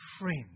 friend